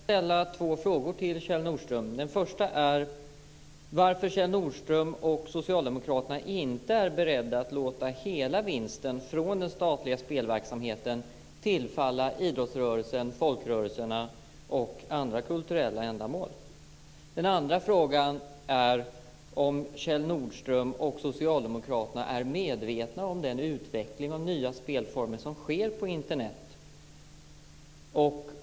Fru talman! Jag skulle vilja ställa två frågor till Kjell Nordström. Den första är varför Kjell Nordström och Socialdemokraterna inte är beredda att låta hela vinsten från den statliga spelverksamheten tillfalla idrottsrörelsen, folkrörelserna och andra kulturella ändamål. Den andra frågan är om Kjell Nordström och Socialdemokraterna är medvetna om den utveckling av nya spelformer som sker på Internet.